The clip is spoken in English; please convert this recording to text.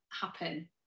happen